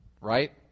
right